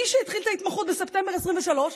מי שהתחיל את ההתמחות בספטמבר 2023,